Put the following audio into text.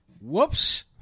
Whoops